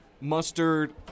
Mustard